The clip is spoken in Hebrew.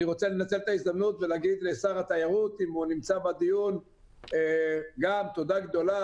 אני רוצה לנצל את ההזדמנות ולהגיד לשר התיירות גם תודה גדולה.